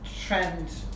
trend